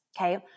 Okay